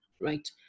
right